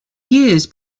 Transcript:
years